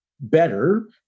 better